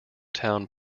town